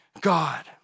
God